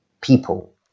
people